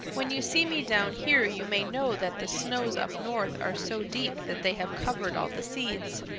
when you see me down here you may know that the snows up north are so deep that they have covered all the seeds.